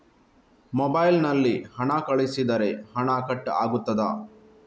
Mobile ನಲ್ಲಿ ಹಣ ಕಳುಹಿಸಿದರೆ ಹಣ ಕಟ್ ಆಗುತ್ತದಾ?